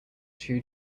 two